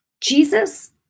Jesus